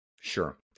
Sure